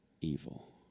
evil